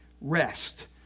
Rest